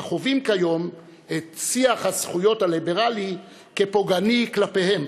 אך חווים כיום את שיח הזכויות הליברלי כפוגעני כלפיהם,